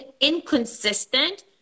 inconsistent